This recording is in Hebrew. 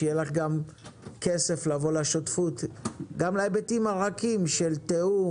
שיהיה לך גם כסף לבוא לשותפות גם להיבטים הרכים של תיאום,